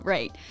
Right